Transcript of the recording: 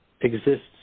exists